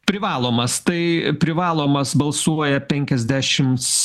privalomas tai privalomas balsuoja penkiasdešimts